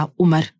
Umar